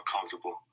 comfortable